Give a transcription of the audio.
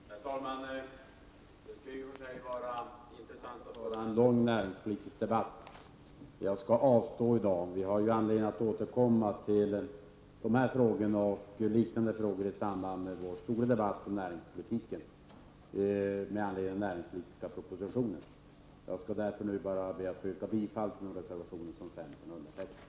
Herr talman! Det skulle i och för sig vara intressant att föra en lång näringspolitisk debatt, men jag skall avstå från det i dag. Vi får ju anledning att återkomma till dessa och liknande frågor i samband med vår stora debatt om näringspolitiken med anledning av den näringspolitiska propositionen. Jag skall därför nu bara be att få yrka bifall till de reservationer som centern står bakom.